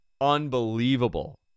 unbelievable